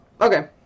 Okay